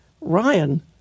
Ryan